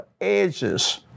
edges